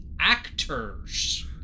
actors